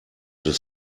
des